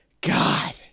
God